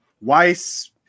Weiss